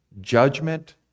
Judgment